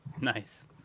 Nice